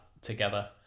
together